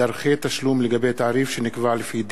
(דרכי תשלום לגבי תעריף שנקבע לפי דין),